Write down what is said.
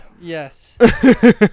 Yes